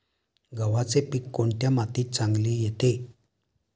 गव्हाचे पीक कोणत्या मातीत चांगले येते?